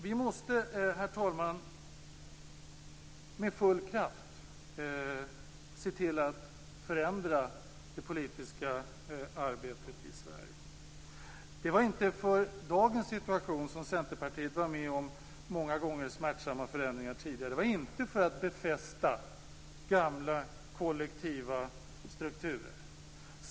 Vi måste med full kraft se till att förändra det politiska arbetet i Sverige. Det var inte för att skapa dagens situation som Centerpartiet tidigare var med om många gånger smärtsamma förändringar. Det var inte för att befästa gamla, kollektiva strukturer.